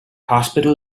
hospital